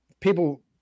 People